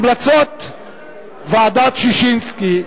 המלצות ועדת-ששינסקי,